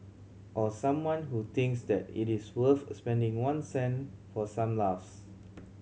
or someone who thinks that it is worth spending one cent for some laughs